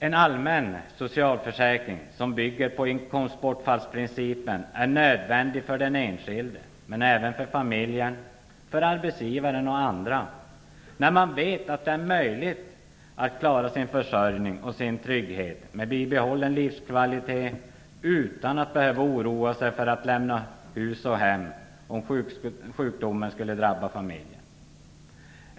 En allmän socialförsäkring som bygger på inkomstbortfallsprincipen är nödvändig för den enskilde, men även för familjen, för arbetsgivaren och för andra. Om man vet att det är möjligt att klara sin försörjning och sin trygghet med bibehållen livskvalitet, behöver man inte oroa sig för att få lämna hus och hem om sjukdom skulle drabba familjen.